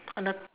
on the